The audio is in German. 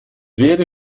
wäre